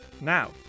Now